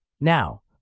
Now